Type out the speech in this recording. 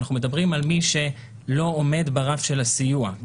אנחנו מדברים על מי שלא עומד ברף של הסיוע.